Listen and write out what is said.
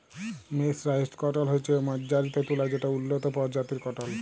mercerised cotton হছে মাজ্জারিত তুলা যেট উল্লত পরজাতির কটল